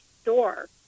store